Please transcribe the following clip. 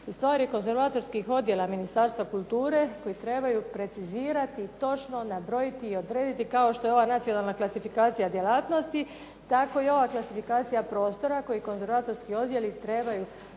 stvar je konzervatorskih odjela Ministarstva kulture koji trebaju precizirati, točno nabrojiti i odrediti kao što je ova nacionalna klasifikacija djelatnosti tako i ova klasifikacija prostora koje konzervatorski odjeli trebaju točno